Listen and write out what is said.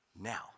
Now